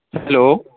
hello